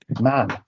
man